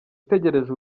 utegereje